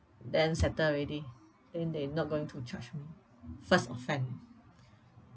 then settled already then they're not going to charge me first offend